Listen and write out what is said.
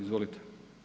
Izvolite.